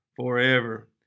forever